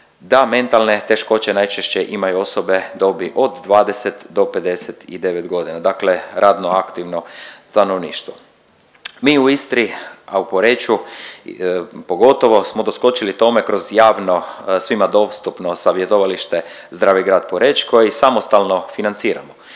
da mentalne teškoće najčešće imaju osobe dobi od 20 do 59 godina, dakle radno aktivno stanovništvo. Mi u Istri, a u Poreču pogotovo smo doskočili tome kroz javno svima dostupno savjetovalište „Zdravi grad Poreč“ koji samostalno financiramo.